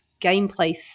gameplay